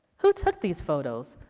who took these photos?